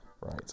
Right